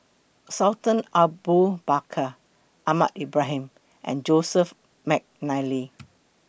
Sultan Abu Bakar Ahmad Ibrahim and Joseph Mcnally